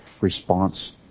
response